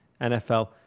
NFL